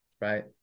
right